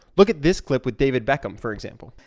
look at this clip with david beckham for example.